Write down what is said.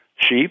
sheep